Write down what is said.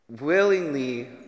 willingly